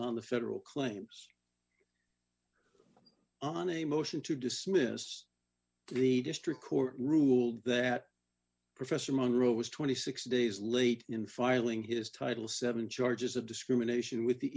on the federal claims on a motion to dismiss the district court ruled that professor monro was twenty six dollars days late in filing his title seven charges of discrimination with the